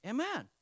Amen